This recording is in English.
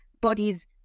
bodies